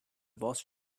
boss